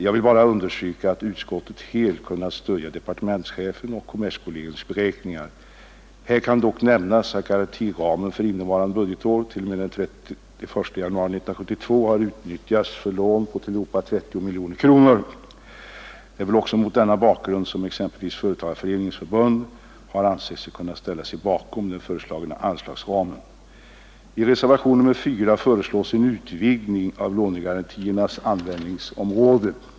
Jag vill bara understryka att utskottet helt kunnat stödja departementschefens och kommerskollegiums beräkningar. Här kan dock nämnas, att garantiramen för innevarande budgetår t.o.m. den 31 januari 1972 har utnyttjats för lån på tillhopa 30 miljoner kronor. Det är väl också mot denna bakgrund som exempelvis Företagareföreningarnas förbund har ansett sig kunna ställa sig bakom den föreslagna anslagsramen. I reservationen 4 föreslås en utvidgning av lånegarantiernas användningsområde.